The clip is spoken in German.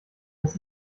ist